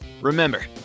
Remember